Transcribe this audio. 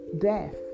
death